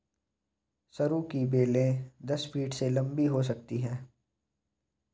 सरू की बेलें दस फीट से भी लंबी हो सकती हैं